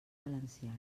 valenciana